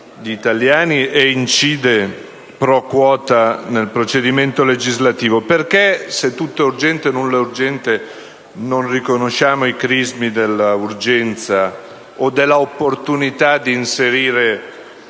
e incide *pro quota* nel procedimento legislativo. Perché - se tutto è urgente nulla è urgente - non riconosciamo i crismi della urgenza o della opportunità di inserire